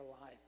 life